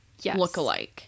lookalike